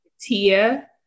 Tia